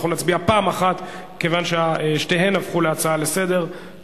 אנחנו נצביע פעם אחת כיוון ששתיהן הפכו להצעה לסדר-היום.